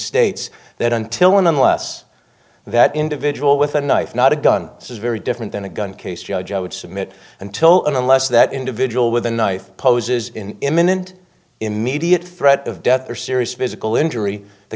states that until and unless that individual with a knife not a gun this is very different than a gun case judge i would submit until unless that individual with a knife poses in imminent immediate threat of death or serious visible injury the